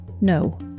No